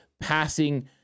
passing